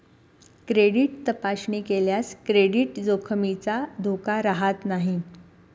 credit तपासणी केल्याने credit जोखमीचा धोका राहत नाही